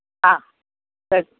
ஆ சரி